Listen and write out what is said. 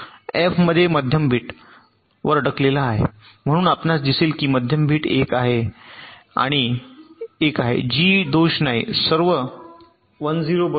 F मध्ये मध्यम bit 1 वर अडकलेला आहे म्हणून आपणास दिसेल की मध्यम बिट 1 आणि 1 आहे जी दोष नाही सर्व 1 0 बरोबर